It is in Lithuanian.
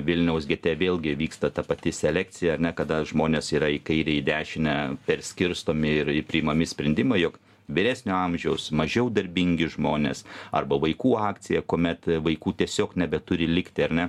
vilniaus gete vėlgi vyksta ta pati selekcija ar ne kada žmonės yra į kairę į dešinę perskirstomi ir priimami sprendimai jog vyresnio amžiaus mažiau darbingi žmonės arba vaikų akcija kuomet vaikų tiesiog nebeturi likti ar ne